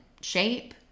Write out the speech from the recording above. shape